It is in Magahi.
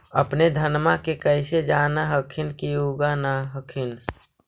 अपने धनमा के कैसे जान हखिन की उगा न हखिन?